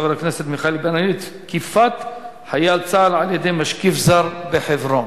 חבר הכנסת מיכאל בן-ארי: תקיפת חייל צה"ל על-ידי משקיף זר בחברון.